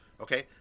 okay